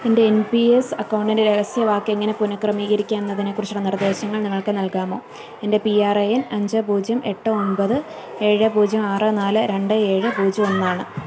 എൻ്റെ N P S അക്കൗണ്ടിൻ്റെ രഹസ്യവാക്ക് എങ്ങനെ പുനഃക്രമീകരിക്കാമെന്നതിനെക്കുറിച്ചുള്ള നിർദ്ദേശങ്ങൾ നിങ്ങൾക്ക് നൽകാമോ എൻ്റെ പി ആർ എ എൻ അഞ്ച് പൂജ്യം എട്ട് ഒമ്പത് ഏഴ് പൂജ്യം ആറ് നാല് രണ്ട് ഏഴ് പൂജ്യം ഒന്നാണ്